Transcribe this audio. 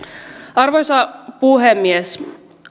arvoisa puhemies